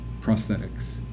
prosthetics